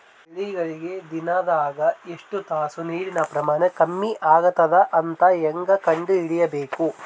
ಬೆಳಿಗಳಿಗೆ ದಿನದಾಗ ಎಷ್ಟು ತಾಸ ನೀರಿನ ಪ್ರಮಾಣ ಕಮ್ಮಿ ಆಗತದ ಅಂತ ಹೇಂಗ ಕಂಡ ಹಿಡಿಯಬೇಕು?